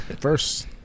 First